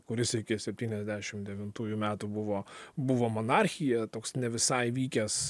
kuris iki septyniasdešim devintųjų metų buvo buvo monarchija toks ne visai vykęs